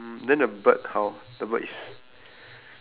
ya ya because err I was blocking the view okay